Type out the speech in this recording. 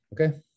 okay